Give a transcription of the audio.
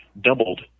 doubled